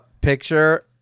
picture